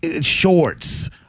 shorts